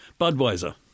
Budweiser